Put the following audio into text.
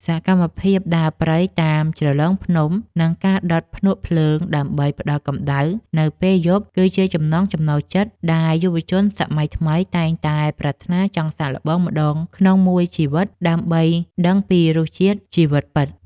សកម្មភាពដើរព្រៃតាមជ្រលងភ្នំ និង ការដុតភ្នក់ភ្លើងដើម្បីផ្តល់កម្ដៅនៅពេលយប់គឺជាចំណង់ចំណូលចិត្តដែលយុវវ័យសម័យថ្មីតែងតែប្រាថ្នាចង់សាកល្បងម្ដងក្នុងមួយជីវិតដើម្បីដឹងពីរសជាតិជីវិតពិត។